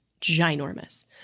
ginormous